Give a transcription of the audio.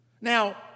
Now